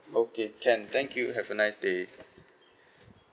okay can thank you have a nice day